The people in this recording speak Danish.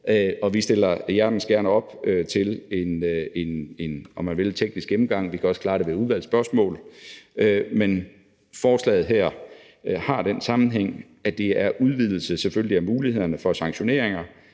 vi stiller hjertens gerne op til en, om man vil, teknisk gennemgang; vi kan også klare det ved udvalgsspørgsmål. Men forslaget her har altså den sammenhæng, at det er en udvidelse af mulighederne for sanktioneringer,